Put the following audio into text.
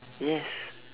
yes